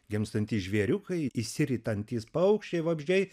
gimstantys žvėriukai išsiritantys paukščiai vabzdžiai